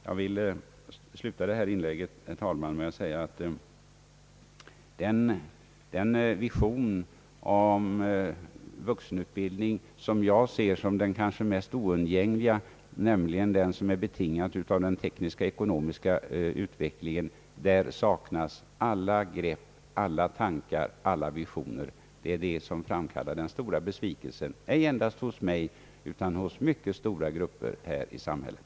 Jag vill sluta detta inlägg, herr talman, med att säga att för den vision av vuxenutbildning, som jag ser som den kanske mest oundgängliga, nämligen den som är betingad av den tekniska, ekonomiska utvecklingen saknas alla grepp, alla tankar, alla visioner. Det är detta som framkallar den stora besvikelsen — ej endast hos mig, utan hos mycket stora grupper i samhället.